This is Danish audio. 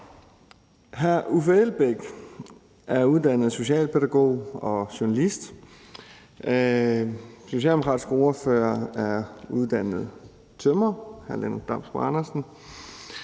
Hr. Uffe Elbæk er uddannet socialpædagog og journalist, og den socialdemokratiske ordfører, hr. Lennart Damsbo-Andersen,